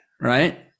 right